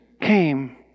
came